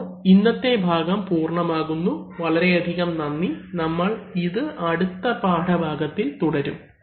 അപ്പോൾ ഇന്നത്തെ ഭാഗം പൂർണ്ണമാകുന്നു വളരെയധികം നന്ദി നമ്മൾ ഇത് അടുത്ത പാഠഭാഗത്തിൽ തുടരും